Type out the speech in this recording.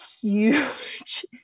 Huge